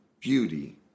beauty